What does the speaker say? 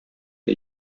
are